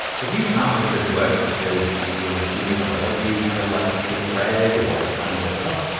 if you can't make this work because maybe your machine doesn't let you kind of like click and drag, or you're finding it a bit tough,